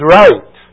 right